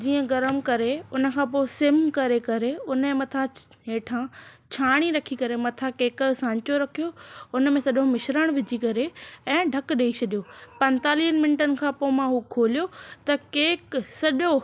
जीअं गरमु करे हुन खां पोइ सीम करे करे हुनजे मथां हेठा छाणी रखी करे मथां केक जो सांचो रखियो हुन में सॼो मिश्रण वीझी करे ऐं ढकु ॾेई छॾियो पंजतालीह मिनटनि खां पोइ मां उहो खोलियो त केक सॼो